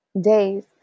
days